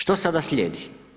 Što sada slijedi?